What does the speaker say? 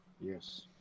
Yes